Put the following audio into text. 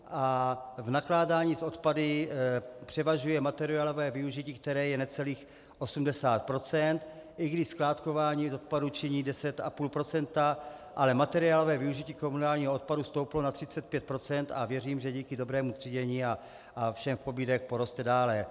V nakládání s odpady převažuje materiálové využití, které je necelých 80 %, i když skládkování odpadu činí 10,5 %, ale materiálové využití komunálního odpadu stouplo na 35 % a věřím, že díky dobrému třídění a všem pobídkám poroste dále.